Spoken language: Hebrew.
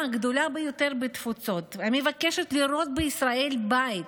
הגדולה ביותר בתפוצות המבקשת לראות בישראל בית.